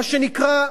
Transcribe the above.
מה שנקרא,